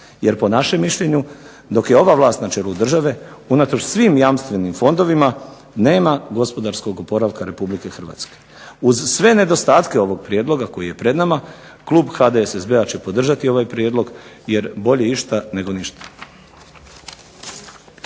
Jer po našem mišljenju, dok je ova vlast na čelu države, unatoč svim jamstvenim fondovima, nema gospodarskog oporavka Republike Hrvatske. Uz sve nedostatke ovog prijedloga koji je pred nama, klub HDSSB-a će podržati ovaj prijedlog, jer bolje išta, nego ništa.